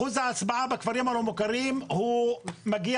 אחוז ההצבעה בכפרים הלא מוכרים מגיע